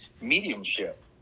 mediumship